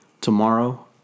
tomorrow